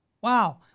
Wow